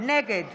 נגד